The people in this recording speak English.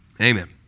Amen